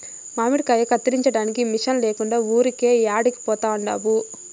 మామిడికాయ కత్తిరించడానికి మిషన్ లేకుండా ఊరికే యాడికి పోతండావు